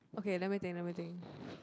okay let me think let me think